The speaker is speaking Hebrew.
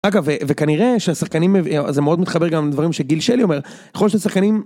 אגב וכנראה שהשחקנים, זה מאוד מתחבר גם לדברים שגיל שלי אומר, יכול להיות ששחקנים...